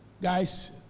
guys